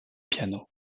piano